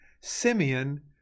Simeon